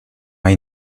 hay